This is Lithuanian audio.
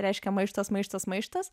reiškia maištas maištas maištas